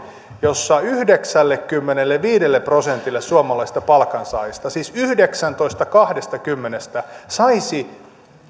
jossa yhdeksällekymmenelleviidelle prosentille suomalaisista palkansaajista siis yhdeksäntoista palkansaajaa kahdestakymmenestä jäisi